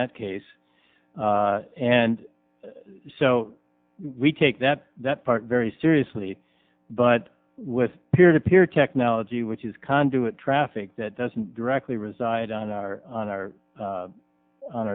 that case and so we take that that part very seriously but with peer to peer technology which is conduit traffic that doesn't directly reside on our on our